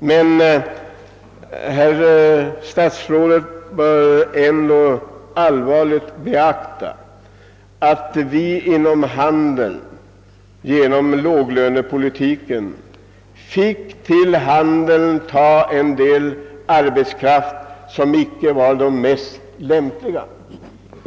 bör herr statsrådet allvarligt beakta att vi inom handeln genom låglönepolitiken har fått en del arbetskraft som inte varit den mest lämpliga.